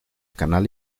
canal